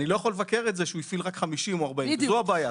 אני לא יכול לבקר את זה שהוא הפעיל רק 50 או 40. זו הבעיה.